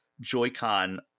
joy-con